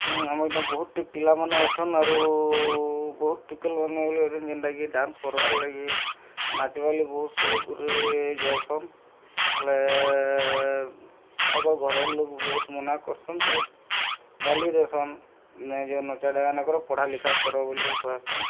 ହୁଁ ଆମର୍ ଜଣେ ବହୁତ୍ ପିଲାମାନେ ଅଛନ୍ ଆରୁ ବହୁତ୍ ଟୁକେଲ୍ମାନେ ବୋଲି ଅଛନ୍ ଯେନ୍ତା କି ଡ଼୍ୟାନ୍ସ କର୍ବା ଲାଗି ନାଚ୍ବା ଲାଗି ବହୁତ୍ ସୋକ୍ରେ ଯାଏଁସନ୍ ହେଲେ ତାକ ଘରର୍ ଲୋକ୍ ବହୁତ୍ ମନା କରସନ୍ ବହୁତ୍ ଗାଲି ଦେସନ୍ ନାଇଁ ଯାଅ ନ ଛାଡ଼ ନ କର ପଢ଼ା ଲିଖା କର ବୋଲିକରି କହେସନ୍